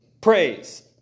praise